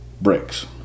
bricks